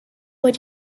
would